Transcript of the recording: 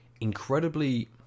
Incredibly